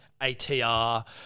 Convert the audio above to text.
ATR